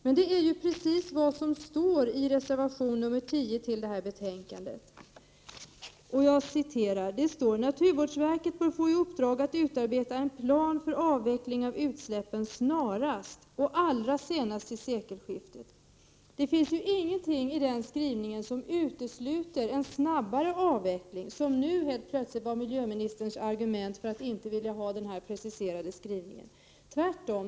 Men det är ju precis vad som står i reservation 10 till detta betänkande: ”Naturvårdsverket bör få i uppdrag att utarbeta en plan för avveckling av utsläppen snarast och allra senast till sekelskiftet.” Det finns ingenting i den skrivningen som utesluter en snabbare avveckling, som nu helt plötsligt var miljöministerns argument för att inte vilja ställa sig bakom den preciseringen i skrivningen.